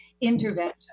intervention